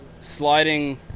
sliding